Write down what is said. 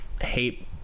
hate